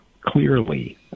clearly